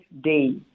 day